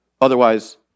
Otherwise